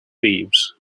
thieves